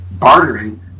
bartering